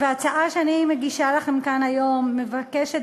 וההצעה שאני מגישה לכם כאן היום מבקשת